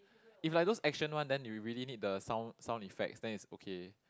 if like those action one then you really need the sound sound effects then it's okay